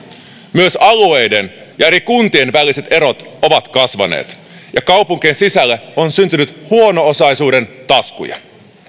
myös alueiden ja eri kuntien väliset erot ovat kasvaneet ja kaupunkien sisälle on syntynyt huono osaisuuden taskuja